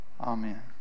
Amen